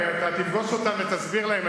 הרי אתה תפגוש אותם ותסביר להם.